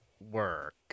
work